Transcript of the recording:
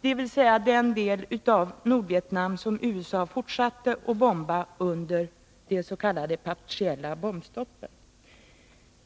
dvs. i den del av Nordvietnam som USA fortsatte att bomba under det s.k. partiella bombstoppet.